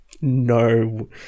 No